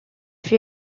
fut